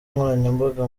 nkoranyambaga